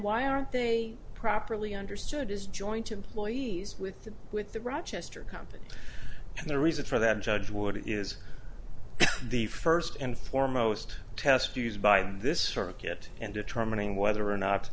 why aren't they properly understood as joint employees with the with the rochester company and the reason for that judge would is the first and foremost test used by this circuit in determining whether or not